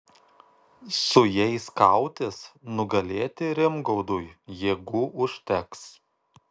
su jais kautis nugalėti rimgaudui jėgų užteks